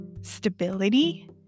stability